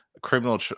criminal